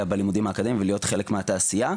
בלימודים האקדמיים ולהיות חלק מהתעשייה.